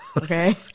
okay